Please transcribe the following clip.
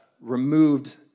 removed